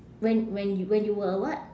when when you when you were a what